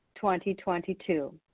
2022